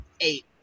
eight